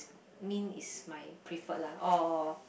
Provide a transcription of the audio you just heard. mint is my preferred lah or